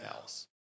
else